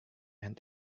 and